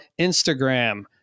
instagram